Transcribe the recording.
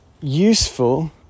useful